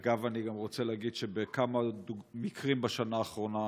אגב, אני גם רוצה להגיד שבכמה מקרים בשנה האחרונה